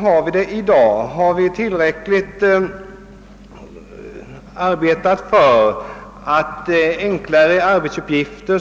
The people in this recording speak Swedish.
Har vi gjort tillräckligt för att få annan personal att utföra enklare arbetsuppgifter?